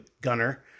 gunner